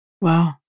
Wow